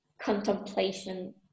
contemplation